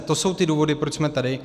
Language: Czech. To jsou ty důvody, proč jsme tady.